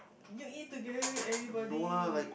you eat together with anybody